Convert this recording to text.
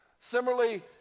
Similarly